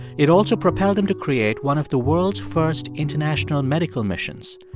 it also propelled him to create one of the world's first international medical missions.